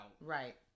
Right